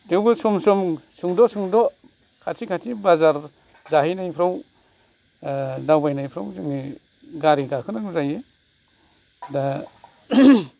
थेवबो सम सम सुंद' सुंद' खाथि खाथि बाजार जाहैनायफ्राव दावबायनायफ्राव जोङो गारि गाखोनांगौ जायो दा